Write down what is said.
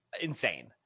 Insane